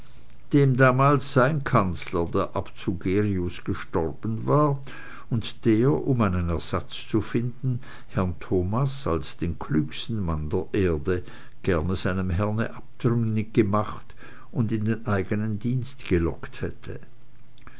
dem dazumal sein kanzler der abt sugerius gestorben war und der um einen ersatz zu finden herrn thomas als den klügsten mann der erde gerne seinem herrn abtrünnig gemacht und in den eigenen dienst gelockt hätte